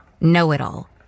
Know-it-all